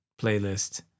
playlist